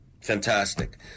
Fantastic